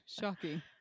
Shocking